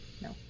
No